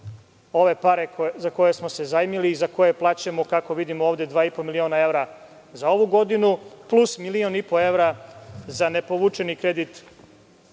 ove pare za koje smo se zajmili i za koje plaćamo, kako vidim ovde, dva i po miliona evra za ovu godinu, plus 1,5 evra za ne povučeni kredit